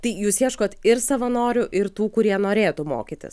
tai jūs ieškot ir savanorių ir tų kurie norėtų mokytis